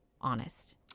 honest